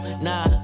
nah